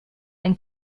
ein